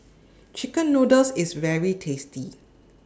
Chicken Noodles IS very tasty